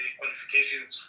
qualifications